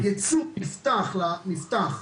שהייצוא נפתח,